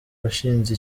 washinze